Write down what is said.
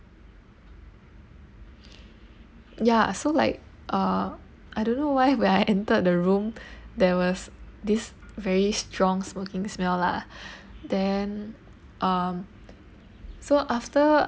ya so like uh I don't know why when I entered the room there was this very strong smoking smell lah then um so after